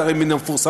זה הרי מן המפורסמות,